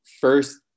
first